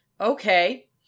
Okay